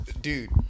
Dude